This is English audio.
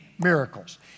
miracles